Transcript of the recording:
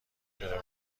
شده